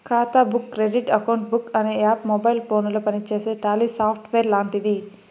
ఖాతా book credit account book అనే app mobile ఫోనుల పనిచేసే టాలీ సాఫ్ట్వేర్ లాంటిది